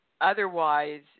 Otherwise